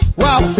wow